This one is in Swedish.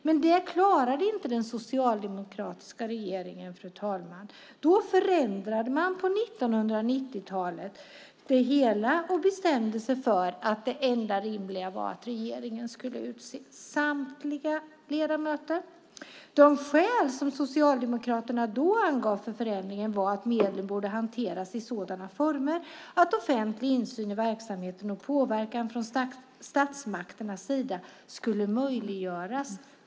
Men det klarade inte den socialdemokratiska regeringen som på 1990-talet förändrade det hela och bestämde sig för att det enda rimliga var att regeringen skulle utse samtliga ledamöter. De skäl som Socialdemokraterna då angav för förändringen var att medlen borde hanteras i sådana former att offentlig insyn i verksamheten och påverkan från statsmakternas sida skulle möjliggöras.